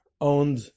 owned